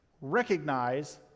recognize